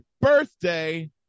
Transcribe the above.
birthday